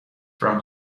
from